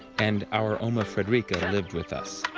and our oma frederica lived with us.